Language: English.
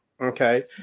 okay